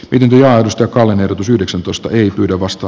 yllätystä kallen ehdotus yhdeksäntoista ei pyydä vasta